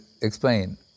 explain